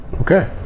Okay